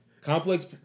Complex